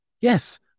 Yes